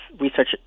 research